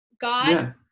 God